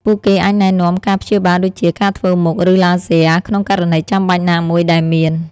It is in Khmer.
ពួកគេអាចណែនាំការព្យាបាលដូចជា ការធ្វើមុខ ឬឡាស៊ែរ ក្នុងករណីចាំបាច់ណាមួយដែលមាន ។